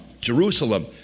Jerusalem